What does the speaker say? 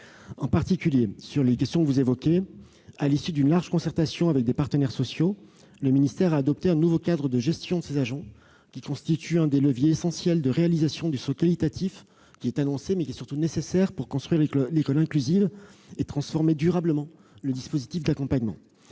particulièrement, les questions que vous évoquez, à l'issue d'une large concertation avec les partenaires sociaux, le ministère a adopté un nouveau cadre de gestion de ses agents. Il s'agit d'un des leviers essentiels du saut qualitatif annoncé, lequel est nécessaire pour construire une école inclusive et transformer durablement le dispositif d'accompagnement.